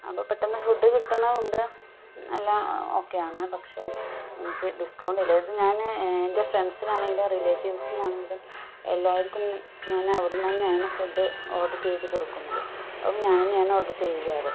അപ്പം പെട്ടെന്ന് ഫുഡ് കിട്ടുന്നും ഉണ്ട് എല്ലാ ഓക്കെയാണ് പക്ഷേ എനിക്ക് ഡിസ്കൗണ്ട് ഇല്ല ഇത് ഞാൻ എൻ്റെ ഫ്രണ്ട്സിനാണെങ്കിലും റിലേറ്റീവ്സിനാണെങ്കിലും എല്ലാവർക്കും ഞാൻ അവിടെ നിന്നു തന്നെയാണ് ഫുഡ് ഓഡർ ചെയ്തു കൊടുക്കുന്നത് അപ്പം ഞാൻ തന്നെയാണ് ഓഡർ ചെയ്യാറ്